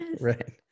right